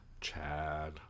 Chad